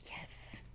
Yes